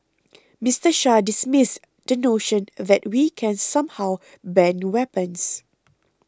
Mister Shah dismissed the notion that we can somehow ban weapons